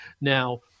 now